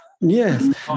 Yes